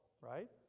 right